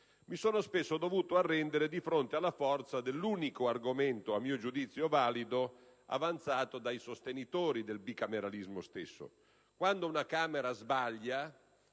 mi sono spesso dovuto arrendere di fronte alla forza dell'unico argomento a mio giudizio valido, avanzato dai sostenitori del bicameralismo stesso: quando una Camera sbaglia,